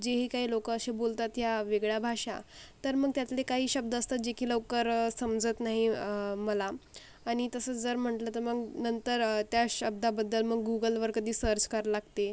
जे ही काय लोकं असे बोलतात या वेगळ्या भाषा तर मग त्यातले काही शब्द असतात जे की लवकर समजत नाही मला आणि तसंच जर म्हटलं तर मग नंतर त्या शब्दाबद्दल मग गूगलवर कधी सर्च करावे लागते